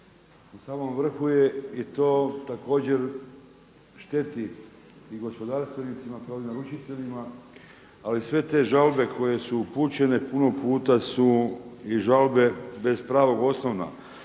U samom vrhu je i to također šteti gospodarstvenicima kao i naručiteljima, ali sve te žalbe koje su upućene puno puta su i žalbe bez pravog … one